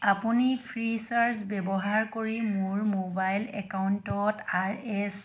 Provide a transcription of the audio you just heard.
আপুনি ফ্ৰীচাৰ্জ ব্যৱহাৰ কৰি মোৰ মোবাইল একাউণ্টত আৰ এছ